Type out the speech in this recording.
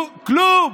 כלום.